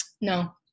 no